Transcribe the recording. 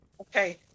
Okay